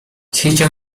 siedział